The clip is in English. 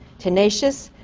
tenacious,